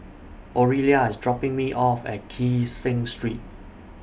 Oralia IS dropping Me off At Kee Seng Street